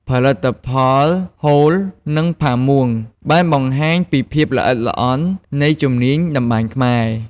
ផលិតផល ហូល និងផាមួង បានបង្ហាញពីភាពល្អិតល្អន់នៃជំនាញតម្បាញខ្មែរ។